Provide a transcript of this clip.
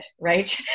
right